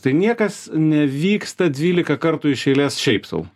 tai niekas nevyksta dvylika kartų iš eilės šiaip sau